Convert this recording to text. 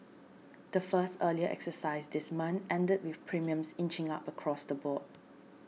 the first earlier exercise this month ended with premiums inching up across the board